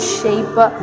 shape